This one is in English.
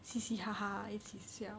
嘻嘻哈哈一起 sia